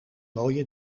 mooie